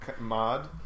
mod